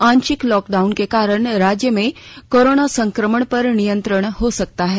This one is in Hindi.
आंशिक लॉकडाउन के कारण राज्य में कोराना संक्रमण पर नियंत्रण हो सका है